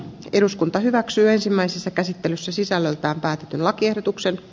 eduskunta hyväksyy ensimmäisessä käsittelyssä sisällöltään päätetyn lakiehdotuksen